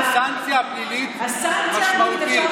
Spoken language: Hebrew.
הסנקציה הפלילית היא משמעותית.